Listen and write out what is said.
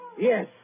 Yes